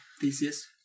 thesis